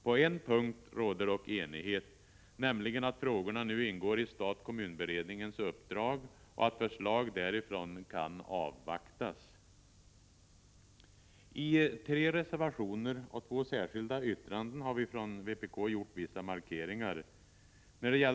På en punkt råder dock enighet, nämligen att frågorna ingår i stat-kommun-beredningens uppdrag och att förslag därifrån kan avvaktas. I tre reservationer och två särskilda yttranden har vi från vpk gjort vissa markeringar.